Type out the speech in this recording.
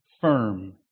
firm